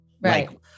right